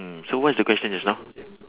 mm so what is the question just now